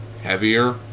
heavier